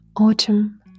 autumn